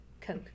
Coke